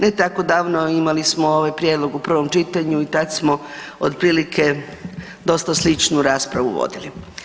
Ne tako davno imali smo ovaj prijedlog u prvom čitanju i tad smo otprilike dosta sličnu raspravu vodili.